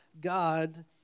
God